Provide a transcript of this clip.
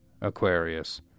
Aquarius